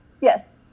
yes